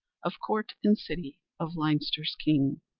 of court and city of leinster's king.